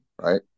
right